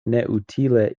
neutile